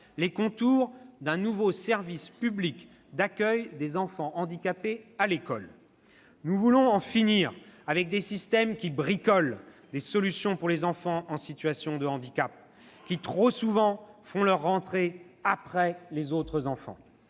les contours d'un nouveau service public d'accueil des enfants handicapés à l'école. Nous voulons en finir avec des systèmes qui bricolent des solutions pour les enfants en situation de handicap, qui trop souvent font leur rentrée après les autres enfants.